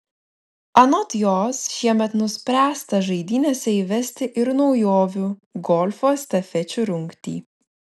anot jos šiemet nuspręsta žaidynėse įvesti ir naujovių golfo estafečių rungtį